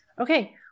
Okay